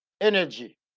energy